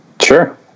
Sure